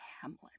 Hamlet